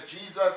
Jesus